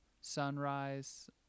sunrise